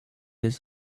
his